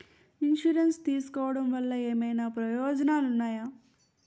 Insurance తీసుకోవటం వల్ల ఏమైనా ప్రయోజనాలు ఉన్నాయా?